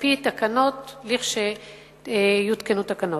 על-פי תקנות, לכשיותקנו תקנות.